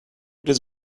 does